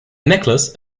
necklace